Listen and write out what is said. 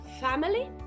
family